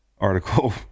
article